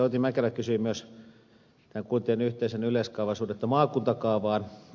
outi mäkelä kysyi myös kuntien yhteisen yleiskaavan suhdetta maakuntakaavaan